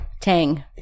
tang